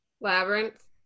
Labyrinth